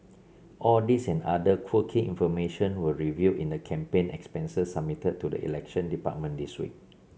all these and other quirky information were revealed in the campaign expenses submitted to the Elections Department this week